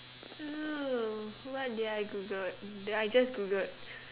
ah what did I googled that I just googled